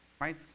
right